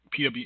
PW